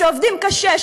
שעובדים קשה,